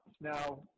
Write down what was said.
now